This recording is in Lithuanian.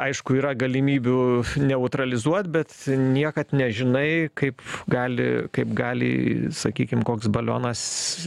aišku yra galimybių neutralizuot bet niekad nežinai kaip gali kaip gali sakykim koks balionas